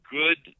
good